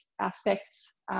aspects